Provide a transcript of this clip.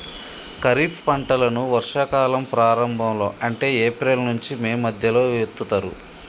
ఖరీఫ్ పంటలను వర్షా కాలం ప్రారంభం లో అంటే ఏప్రిల్ నుంచి మే మధ్యలో విత్తుతరు